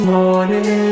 Morning